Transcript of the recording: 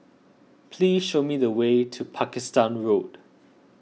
please show me the way to Pakistan Road